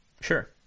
Sure